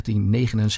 1979